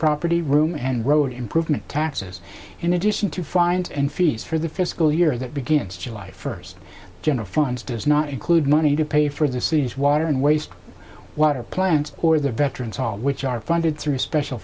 property room and road improvement taxes in addition to find and fees for the fiscal year that begins july first general funds does not include money to pay for the city's water and waste water plant or the veterans all of which are funded through special